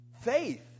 faith